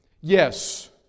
Yes